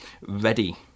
ready